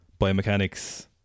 biomechanics